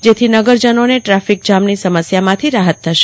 જોથી નગરજનોને ટ્રાફીકજામની સમસ્યામાંથી રાહત થશે